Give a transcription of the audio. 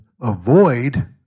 avoid